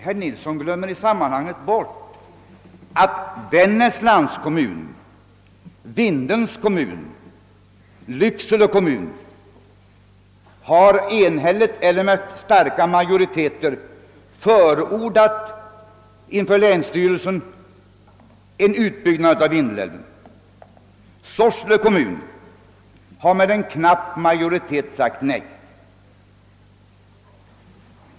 Herr Nilsson glömmer i sammanhanget bort att Vännäs landskommun, Vindelns kommun och Lycksele kommun enhälligt eller med stor majoritet inför länsstyrelsen förordat en utbyggnad av Vindelälven. Sorsele kommun har med knapp majoritet sagt nej.